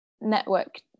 network